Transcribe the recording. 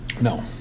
No